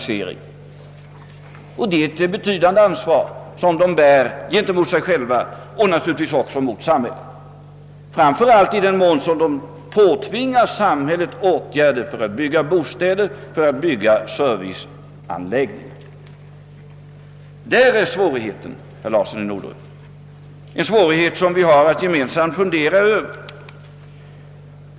Det är ett betydande ansvar som de har gentemot både sig själva och samhället — framför allt i den mån de tvingar samhället att bygga bostäder och serviceanläggningar. Där ligger den svårighet, herr Larsson i Norderön, som vi gemensamt måste fundera över.